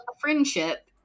friendship